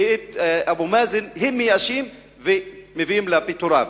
ואת אבו מאזן מייאשים ומביאים לפיטוריו.